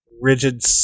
rigid